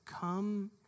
come